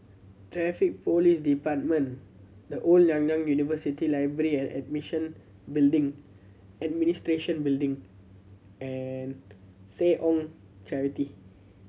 Traffic Police Department The Old Nanyang University Library and Admission Building Administration Building and Seh Ong Charity